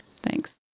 Thanks